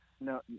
No